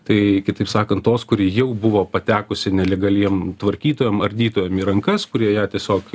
tai kitaip sakant tos kuri jau buvo patekusi nelegaliem tvarkytojam ardytojam į rankas kurie ją tiesiog